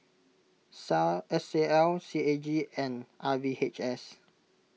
Sal S A L C A G and R V H S